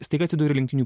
staiga atsiduri lenktynių